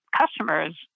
customers